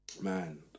man